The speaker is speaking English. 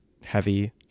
heavy